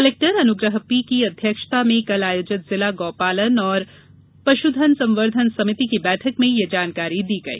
collector Anugraha P की अध्यक्षता में कल आयोजित जिला गौपालन एवं पशुधन संवर्धन समिति की बैठक में यह जानकारी दी गई